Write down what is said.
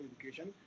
education